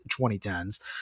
2010s